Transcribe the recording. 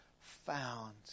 found